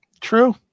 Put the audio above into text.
true